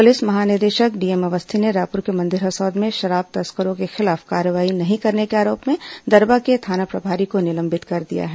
प्रलिस महानिदेशक डीएम अवस्थी ने रायपुर के मंदिर हसौद में शराब तस्करों के खिलाफ कार्रवाई नहीं करने के आरोप में दरबा के थाना प्रभारी को निलंबित कर दिया है